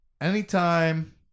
Anytime